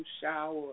shower